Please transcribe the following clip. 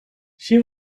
she